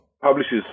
publishes